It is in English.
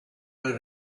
were